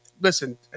listen